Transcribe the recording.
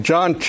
John